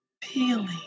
peeling